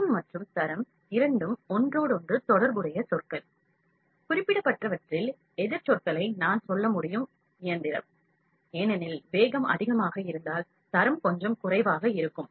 வேகம் மற்றும் தரம் இரண்டு ஒன்றோடொன்று தொடர்புடைய சொற்கள் குறிப்பிட்டவற்றில் எதிர் சொற்களை நான் சொல்ல முடியும் இயந்திரம் ஏனெனில் வேகம் அதிகமாக இருந்தால் தரம் கொஞ்சம் குறைவாக இருக்கும்